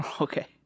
Okay